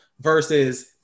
versus